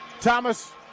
Thomas